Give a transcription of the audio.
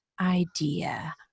idea